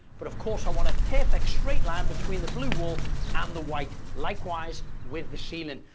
but of course i want a perfect straight line between the blue wall and the white likewise with the ceiling.